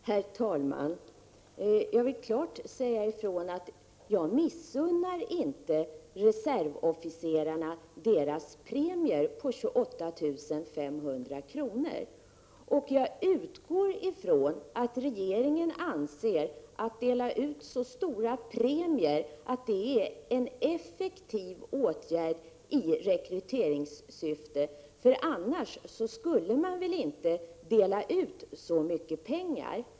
Herr talman! Jag vill klart säga ifrån att jag inte missunnar reservofficerarna deras premier på 28 500 kr. Jag utgår från att regeringen anser att det är en effektiv åtgärd att i rekryteringssyfte dela ut så stora premier, annars skulle man väl inte dela ut så mycket pengar.